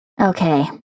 Okay